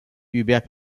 hubert